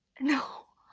no!